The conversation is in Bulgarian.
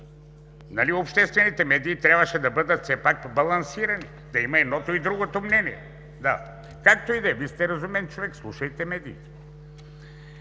обществените медии трябваше да бъдат все пак балансирани, да има и едното, и другото мнение? Както и да е, Вие сте разумен човек, слушайте медиите.